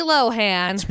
Lohan